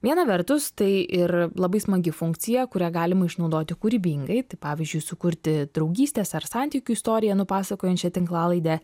viena vertus tai ir labai smagi funkcija kurią galima išnaudoti kūrybingai tai pavyzdžiui sukurti draugystės ar santykių istoriją nupasakojančią tinklalaidę